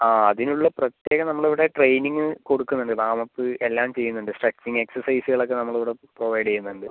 ആ അതിന് ഉള്ള പ്രത്യേകം നമ്മൾ ഇവിടെ ട്രെയിനിംഗ് കൊടുക്കുന്നുണ്ട് വാം അപ്പ് എല്ലാം ചെയ്യുന്നുണ്ട് സ്ട്രെച്ചിംഗ് എക്സർസൈസുകൾ ഒക്കെ നമ്മൾ ഇവിടെ പ്രൊവൈഡ് ചെയ്യുന്നുണ്ട്